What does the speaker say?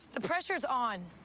the pressure's on.